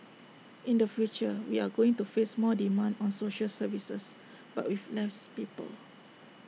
in the future we are going to face more demand on social services but with less people